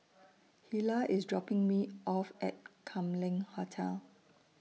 Hilah IS dropping Me off At Kam Leng Hotel